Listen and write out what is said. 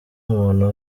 umuntu